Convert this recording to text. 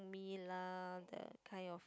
Mee lah that kind of